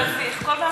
ריק פה לחלוטין.